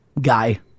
guy